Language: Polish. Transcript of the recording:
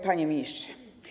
Panie Ministrze!